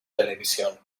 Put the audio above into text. televisión